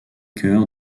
cœur